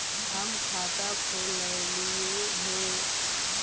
हम खाता खोलैलिये हे?